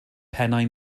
pennau